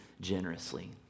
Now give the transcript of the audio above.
generously